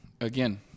again